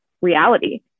reality